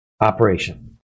operation